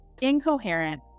incoherent